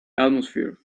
atmosphere